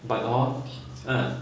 but hor uh